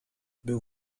był